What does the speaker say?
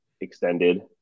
extended